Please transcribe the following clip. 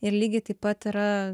ir lygiai taip pat yra